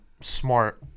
smart